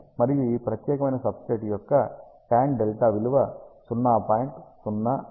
మరియు ఈ ప్రత్యేకమైన సబ్స్తేట్ యొక్క టాన్ విలువ 0